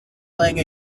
playing